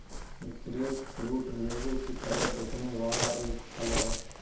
grapefruit नींबू की तरह दिखने वाला एक फल है